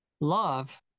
love